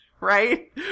right